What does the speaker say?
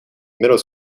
middle